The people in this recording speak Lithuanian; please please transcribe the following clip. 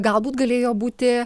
galbūt galėjo būti